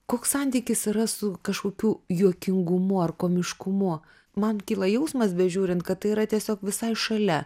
koks santykis yra su kažkokiu juokingumu ar komiškumu man kyla jausmas bežiūrint kad tai yra tiesiog visai šalia